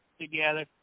together